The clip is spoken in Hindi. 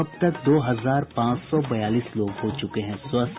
अब तक दो हजार पांच सौ बयालीस लोग हो चुके हैं स्वस्थ